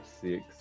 six